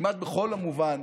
כמעט בכל מובן,